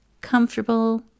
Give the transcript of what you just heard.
Comfortable